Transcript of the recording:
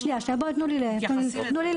שנייה, תנו לי להמשיך.